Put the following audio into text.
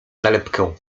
nalepkę